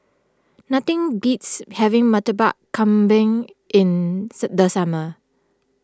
nothing beats having Murtabak Kambing in the summer